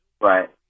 Right